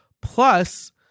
Plus